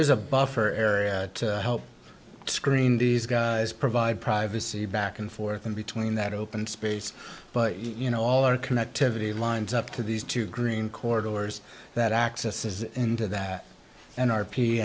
is a buffer area help screen these guys provide privacy back and forth and between that open space but you know all our connectivity lines up to these two green corridors that access is into that and r p